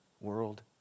world